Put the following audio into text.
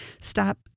stop